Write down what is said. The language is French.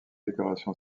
décoration